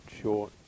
short